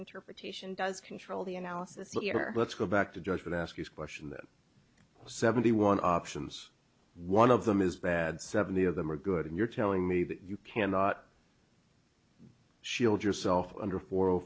interpretation does control the analysis here let's go back to judge and ask the question that seventy one options one of them is bad seventy of them are good and you're telling me that you cannot shield yourself under four o